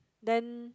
then